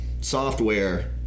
software